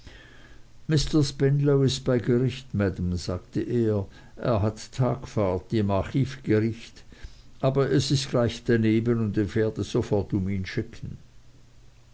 spenlow ist bei gericht maam sagte er er hat tagfahrt im archivgericht aber es ist gleich daneben und ich werde sofort um ihn schicken